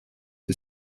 the